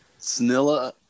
Snilla